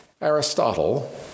Aristotle